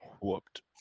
whooped